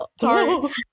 Sorry